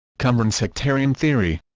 qumran-sectarian theory